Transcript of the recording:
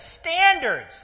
standards